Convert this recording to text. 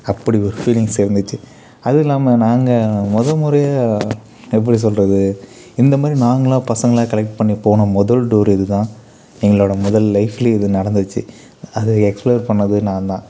அப்படி ஒரு ஃபீலிங்ஸ் இருந்துச்சு அதுவும் இல்லாமல் நாங்கள் முதமுறையா எப்படி சொல்லுறது இந்தமாதிரி நாங்களாக பசங்களா கலெக்ட் பண்ணி போன முதல் டூரு இது தான் எங்களோட முதல் லைஃப்லயே இது நடந்துச்சு அது எக்ஸ்ப்ளைன் பண்ணது நான்தான்